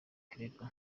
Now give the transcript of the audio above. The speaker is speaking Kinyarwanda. claver